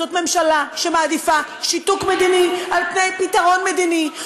זאת ממשלה שמעדיפה שיתוק מדיני על פתרון מדיני.